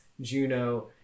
Juno